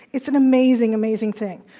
it's an amazing, amazing thing.